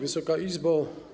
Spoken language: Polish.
Wysoka Izbo!